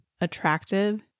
attractive